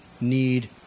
need